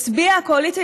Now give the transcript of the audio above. הצביעה הקואליציה,